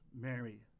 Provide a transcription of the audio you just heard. Mary